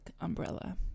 umbrella